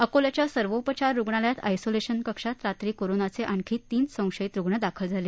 अकोल्याच्या सर्वोपचार रुग्णालयातल्या आयसोलेशन कक्षात रात्री कोरोनाचे आणखी तीन संशयित रुग्ण दाखल झाले